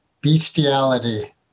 Bestiality